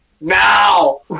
Now